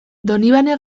donibane